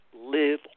live